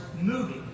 movie